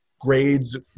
grades